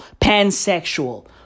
pansexual